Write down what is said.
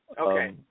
Okay